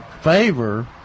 favor